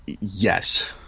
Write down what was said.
Yes